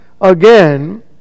again